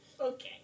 Okay